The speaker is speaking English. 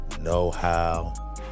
know-how